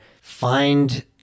find